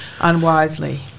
unwisely